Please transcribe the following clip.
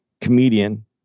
comedian